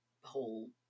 whole